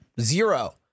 zero